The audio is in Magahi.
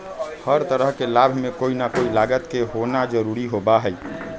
हर तरह के लाभ में कोई ना कोई लागत के होना जरूरी होबा हई